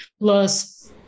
Plus